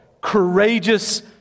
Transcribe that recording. courageous